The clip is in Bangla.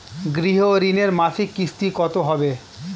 গৃহ ঋণের মাসিক কিস্তি কত হবে?